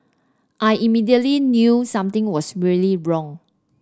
I immediately knew something was really wrong